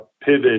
pivot